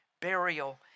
burial